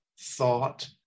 thought